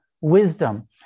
wisdom